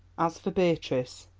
as for beatrice,